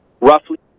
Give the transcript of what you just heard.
roughly